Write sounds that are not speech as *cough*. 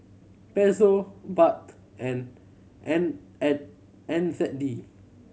Peso Baht and N *unintelligible* N Z D